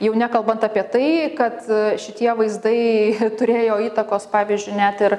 jau nekalbant apie tai kad šitie vaizdai turėjo įtakos pavyzdžiui net ir